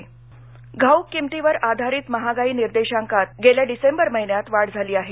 महागाई घाऊक किमतीवर आधारित महागाई निर्देशांकात गेल्या डिसेंबर महिन्यात वाढ झाली आहे